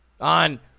on